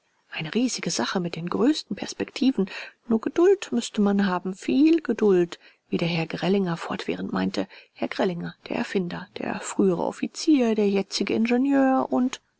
eine riesige sache mit den größten perspektiven nur geduld müßte man haben viel geduld wie der herr grellinger fortwährend meinte herr grellinger der erfinder der frühere offizier der jetzige ingenieur und